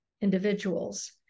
individuals